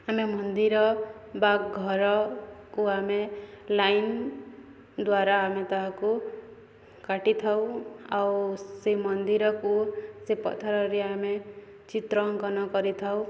ଆମେ ମନ୍ଦିର ବା ଘରକୁ ଆମେ ଲାଇନ ଦ୍ୱାରା ଆମେ ତାହାକୁ କାଟିଥାଉ ଆଉ ସେ ମନ୍ଦିରକୁ ସେ ପଥରରେ ଆମେ ଚିତ୍ର ଅଙ୍କନ କରିଥାଉ